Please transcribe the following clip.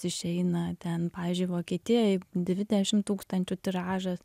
išeina ten pavyzdžiui vokietijoj dvidešimt tūkstančių tiražas